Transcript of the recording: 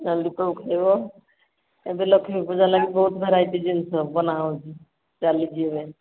lollipop ଖାଇବ ଏବେ ଲକ୍ଷ୍ମୀ ପୂଜା ଲାଗି ବହୁତ ଭେରାଇଟି ଜିନିଷ ବନା ହେଉଛି ଚାଲିଛି ଏବେ